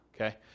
okay